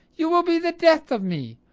you will be the death of me.